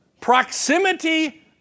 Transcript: Proximity